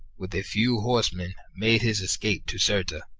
with a few horsemen, made his escape to cirta,